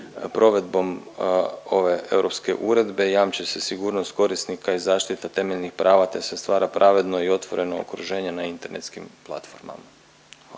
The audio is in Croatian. Provedbom ove europske uredbe jamči se sigurnost korisnika i zaštita temeljnih prava, te se stvara pravedno i otvoreno okruženje na internetskim platformama,